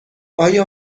آیا